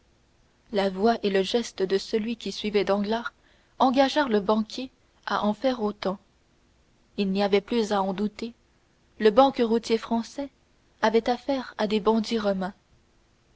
la voix et le geste de celui qui suivait danglars engagèrent le banquier à en faire autant il n'y avait plus à en douter le banqueroutier français avait affaire à des bandits romains